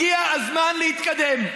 הגיע הזמן להתקדם.